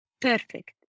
perfect